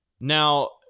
Now